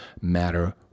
matter